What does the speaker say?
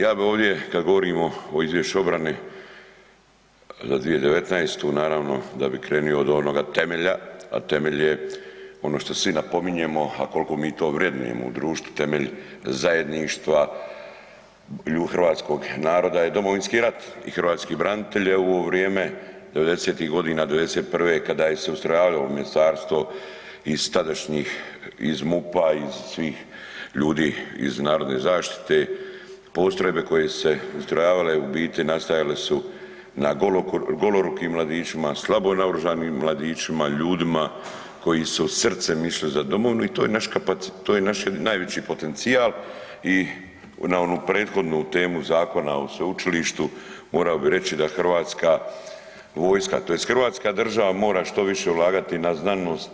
Ja bi ovdje kad govorimo o izvješću obrane za 2019. naravno, da bi krenuo od onoga temelja a temelj je ono što svi napominjemo a koliko mi to vrednujemo u društvu, temelj zajedništva i hrvatskog naroda je Domovinski rat i hrvatski branitelji evo u ovo vrijeme 90-ih godina, '91. kada se ustrojavalo ministarstvo iz tadašnjih, iz MUP-a, iz svih ljudi iz narodne zaštite, postrojbe koje su se ustrojavale u biti nastajale su na golorukim mladićima, slabo naoružanima mladićima, ljudima koji su srcem išli za domovinu i to je naš najveći potencijal i na onu prethodnu temu zakona o sveučilištu, morao bi reći da hrvatska vojska tj. hrvatska država mora što više ulagati na znanost,